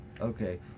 okay